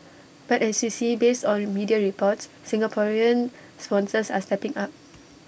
but as you see based on media reports Singaporean sponsors are stepping up